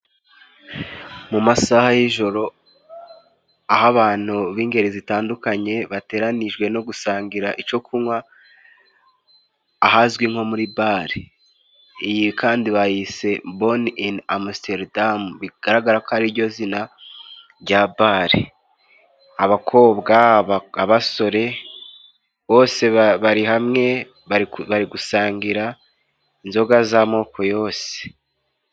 Mu masaha y'ijoro aho abantu b'ingeri zitandukanye bateranijwe no gusangira icyo kunywa, ahazwi nko muri bare. Iyi kandi bayise bone ini amasiteridamu. Bigaragara ko ari ryo zina rya bare. Abakobwa, abasore bose bari hamwe bari gusangira inzoga z'amoko yose.